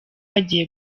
bagiye